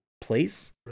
place